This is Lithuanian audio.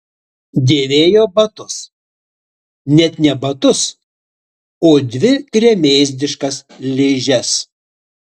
dėvėjo batus net ne batus o dvi gremėzdiškas ližes